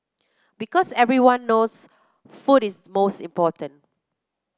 because everyone knows food is most important